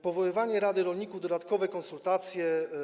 Powoływanie Rady Rolników, dodatkowe konsultacje.